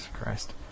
Christ